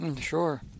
Sure